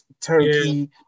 turkey